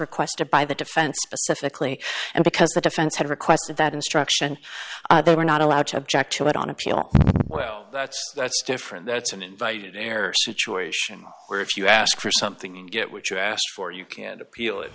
requested by the defense specifically and because the defense had requested that instruction they were not allowed to object to it on appeal well that's that's different that's an invited error situation where if you ask for something you get what you asked for you can appeal it